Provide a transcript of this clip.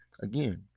again